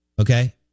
Okay